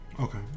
Okay